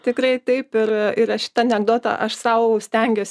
tikrai taip ir a ir a šitą anekdotą aš sau stengiuosi